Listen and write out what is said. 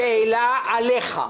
שאלה עליך.